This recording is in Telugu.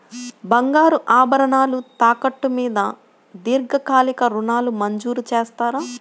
బంగారు ఆభరణాలు తాకట్టు మీద దీర్ఘకాలిక ఋణాలు మంజూరు చేస్తారా?